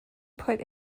put